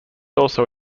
also